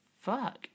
fuck